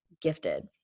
gifted